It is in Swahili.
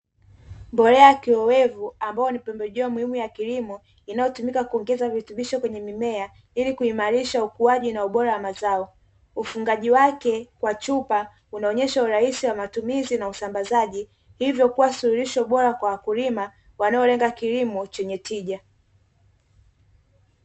Mbolea ya kiowevu ambayo ni pembejeo muhimu ya kilimo inayotumika kuongeza virutubisho kwenye mimea ili kuimarisha ukuaji na ubora wa mazao. Ufungaji wake kwa chupa unaonyesha urahisi wa matumizi na usambazaji hivyo kuwa suluhisho bora kwa wakulima wanaolenga kilimo chenye tija.